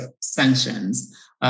sanctions